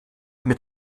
mir